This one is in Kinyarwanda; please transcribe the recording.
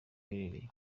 aherereye